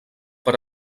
per